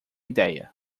ideia